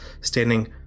standing